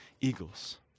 eagles